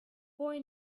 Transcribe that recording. boy